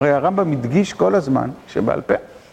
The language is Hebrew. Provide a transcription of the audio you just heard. הרמב״ם הדגיש כל הזמן, שבעל פה.